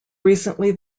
recently